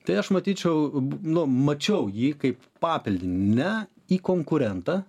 tai aš matyčiau nu mačiau jį kaip papildinį ne į konkurentą